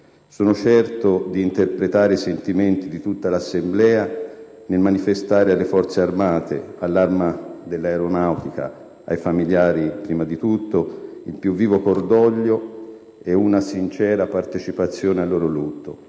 Sono certo di interpretare i sentimenti di tutta l'Assemblea nel manifestare alle Forze armate, all'Arma dell'Aeronautica e, prima di tutto, ai familiari, il più vivo cordoglio e una sincera partecipazione al loro lutto,